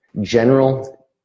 General